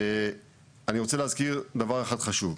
אני רוצה להזכיר דבר אחד חשוב,